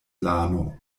lano